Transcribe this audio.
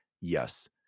Yes